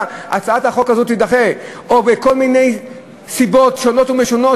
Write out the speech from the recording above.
הצעת החוק הזאת תידחה בכל מיני סיבות שונות ומשונות,